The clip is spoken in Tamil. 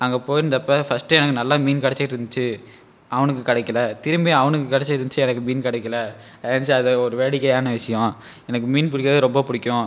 அங்கே போயிருந்தப்போ ஃபர்ஸ்ட் எனக்கு நல்லா மீன் கிடச்சிட்ருந்ச்சி அவனுக்கு கிடைக்கல திரும்பியும் அவனுக்கு கிடச்சிட்ருந்ச்சி எனக்கு மீன் கிடைக்கல அது ஒரு வேடிக்கையான விஷயம் எனக்கு மீன் பிடிக்றது ரொம்ப பிடிக்கும்